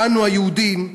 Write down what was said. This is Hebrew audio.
אנו היהודים,